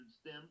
STEM